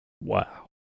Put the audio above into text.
Wow